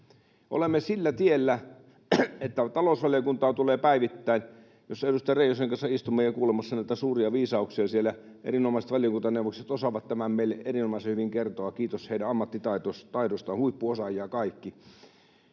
Olemme sillä tiellä, että päivittäin tulee tapauksia talousvaliokuntaan, jossa edustaja Reijosen kanssa istumme kuulemassa näitä suuria viisauksia — erinomaiset valiokuntaneuvokset osaavat tämän meille erinomaisen hyvin kertoa, kiitos heidän ammattitaidostaan, huippuosaajia kaikki.